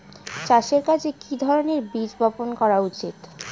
চাষের কাজে কি ধরনের বীজ বপন করা উচিৎ?